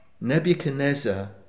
Nebuchadnezzar